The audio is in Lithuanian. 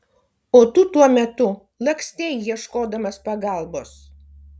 o tu tuo metu lakstei ieškodamas pagalbos